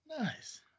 Nice